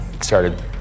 started